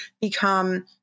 become